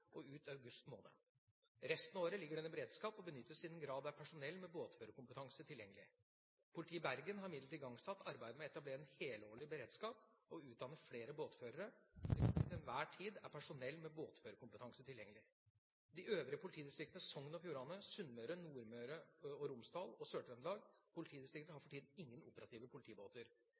og ut august. Resten av året ligger den i beredskap og benyttes i den grad det er personell med båtførerkompetanse tilgjengelig. Politiet i Bergen har imidlertid igangsatt arbeidet med å etablere en helårig beredskap og utdanne flere båtførere, slik at det til enhver tid er personell med båtførerkompetanse tilgjengelig. De øvrige politidistriktene – Sogn og Fjordane, Sunnmøre, Nordmøre og Romsdal og Sør-Trøndelag – har for tiden ingen operative politibåter.